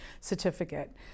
certificate